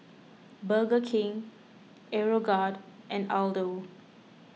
Burger King Aeroguard and Aldo